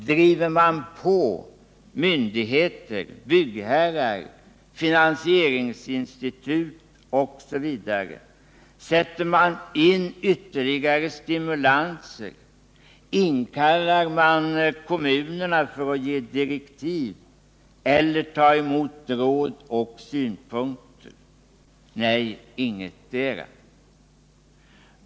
Driver man på myndigheter, byggherrar, finansieringsinstitut osv.? Sätter man in ytterligare stimulanser? Inkallar man kommunerna för att ge direktiv eller ta emot råd och synpunkter? Nej, ingetdera.